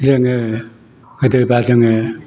जोङो गोदोबा जोङो